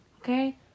Okay